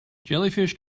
jellyfish